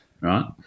right